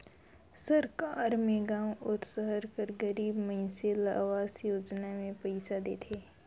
सरकार में गाँव अउ सहर कर गरीब मइनसे ल अवास योजना में पइसा देथे